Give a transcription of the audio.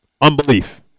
Unbelief